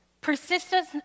persistence